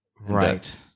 Right